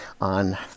on